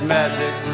Magic